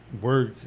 Work